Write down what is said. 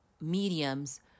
mediums